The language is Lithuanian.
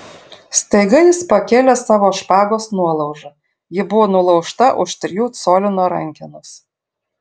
staiga jis pakėlė savo špagos nuolaužą ji buvo nulaužta už trijų colių nuo rankenos